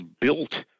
built